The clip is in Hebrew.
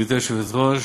גברתי היושבת-ראש,